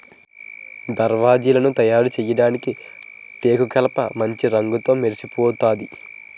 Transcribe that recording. దర్వాజలను తయారుచేయడానికి టేకుకలపమాంచి రంగుతో మెరిసిపోతాది